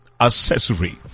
accessory